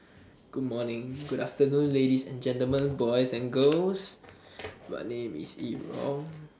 good morning good afternoon ladies and gentlemen boys and girls my name is Yi-Rong